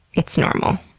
it's normal.